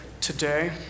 today